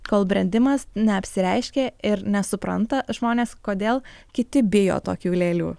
kol brendimas neapsireiškia ir nesupranta žmonės kodėl kiti bijo tokių lėlių